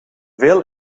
veel